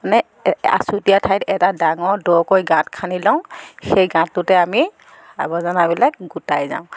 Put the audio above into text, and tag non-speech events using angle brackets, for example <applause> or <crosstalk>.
মানে <unintelligible> আছুতীয়া ঠাইত এটা ডাঙৰ দকৈ গাঁত খান্দি লওঁ সেই গাতটোতে আমি আবৰ্জনাবিলাক গোটাই যাওঁ